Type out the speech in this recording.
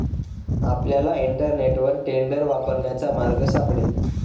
आपल्याला इंटरनेटवर टेंडर वापरण्याचा मार्ग सापडेल